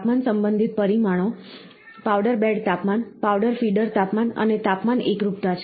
તાપમાન સંબંધિત પરિમાણો પાવડર બેડ તાપમાન પાવડર ફીડર તાપમાન અને તાપમાન એકરૂપતા